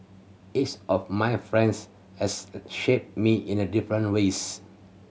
each of my a friends has a shaped me in the different ways